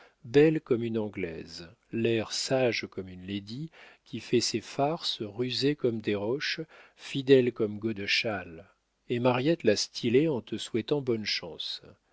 belle comme une anglaise l'air sage comme une lady qui fait ses farces rusée comme desroches fidèle comme godeschal et mariette l'a stylée en te souhaitant bonne chance